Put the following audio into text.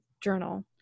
journal